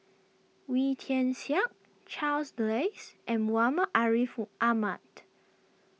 Wee Tian Siak Charles Dyce and Muhammad Ariff Ahmad